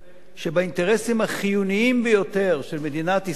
שבאינטרסים החיוניים ביותר של מדינת ישראל